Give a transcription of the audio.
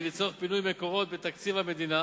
כי לצורך פינוי מקורות בתקציב המדינה